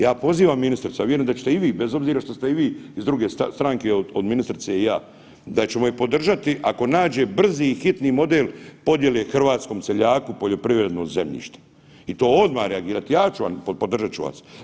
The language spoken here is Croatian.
Ja pozivam ministricu, a vjerujem da ćete i vi, bez obzira što ste i vi iz druge stranke od ministrice i ja, da ćemo je podržati ako nađe brzi i hitni model podjele hrvatskom seljaku poljoprivredno zemljište i to odmah reagirati, ja ću vam, podržati ću vas.